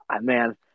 man –